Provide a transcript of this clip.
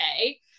okay